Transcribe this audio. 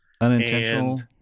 Unintentional